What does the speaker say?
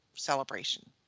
Celebration